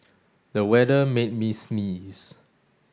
the weather made me sneeze